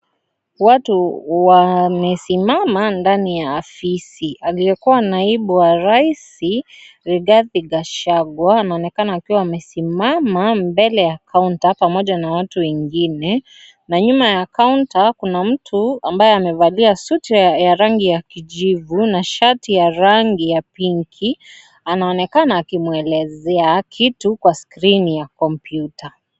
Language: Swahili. Watu, wamesimama, ndani ya afisi, aliyekuwa naibu wa raisi, Rigathi Gashagua, wanaonekana akiwa amesimama mbele ya kaunta, pamoja na watu wengine, na nyuma ya kaunta, kuna mtu, ambaye amevalia suti ya rangi ya kijivu, na shati ya rangi ya pinki, anaonekana akimwelezea kitu kwa skrini ya kompyuta.